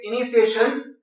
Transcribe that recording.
initiation